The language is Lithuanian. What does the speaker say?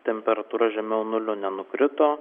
temperatūra žemiau nulio nenukrito